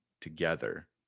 together